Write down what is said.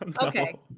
Okay